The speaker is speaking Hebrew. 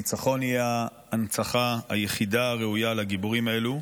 הניצחון יהיה ההנצחה היחידה הראויה לגיבורים האלה.